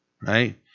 right